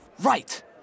Right